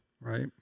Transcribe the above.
Right